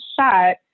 shot